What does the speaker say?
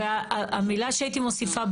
והמילה שהייתי מוסיפה,